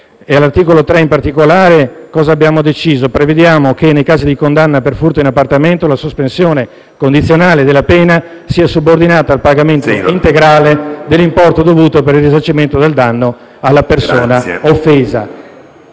agli articoli 5 e 3, in particolare, prevediamo che, nei casi di condanna per furto in appartamento, la sospensione condizionale della pena sia subordinata al pagamento integrale dell'importo dovuto per il risarcimento del danno alla persona offesa.